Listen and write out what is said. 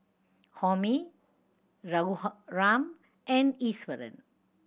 Homi Raghuram and Iswaran